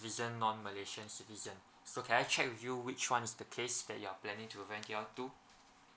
citizen non malaysian citizen so can I check with you which one is the case that you are planning to rent your to